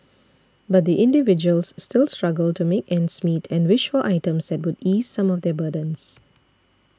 but the individuals still struggle to make ends meet and wish for items that would ease some of their burdens